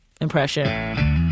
impression